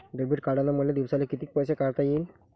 Debit कार्डनं मले दिवसाले कितीक पैसे काढता येईन?